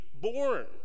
born